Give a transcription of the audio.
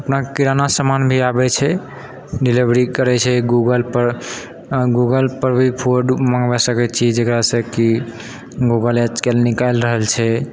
अपना किराना सामान भी आबै छै डिलीवरी करै छै गूगलपर गूगलपर भी फूड मङ्गबाय सकै छी जकरासँ कि गूगल आजकल निकालि रहल छै